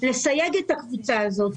לסייג את הקבוצה הזאת.